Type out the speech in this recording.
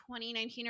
2019